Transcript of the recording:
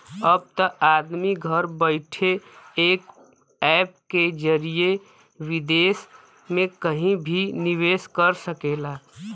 अब त आदमी घर बइठे एक ऐप के जरिए विदेस मे कहिं भी निवेस कर सकेला